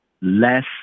Less